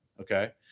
okay